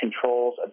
controls